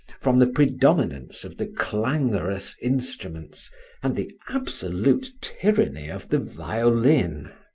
from the predominance of the clamorous instruments and the absolute tyranny of the violin.